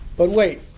but wait,